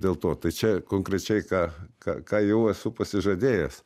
dėl to tai čia konkrečiai ką ką ką jau esu pasižadėjęs